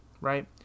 right